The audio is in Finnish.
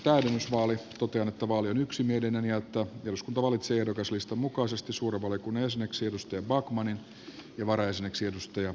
totean että vaali on yksimielinen ja että eduskunta valitsee ehdokaslistan mukaisesti suuren valiokunnan jäseneksi jouni backmanin ja varajäseneksi tuula peltosen